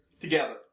together